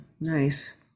Nice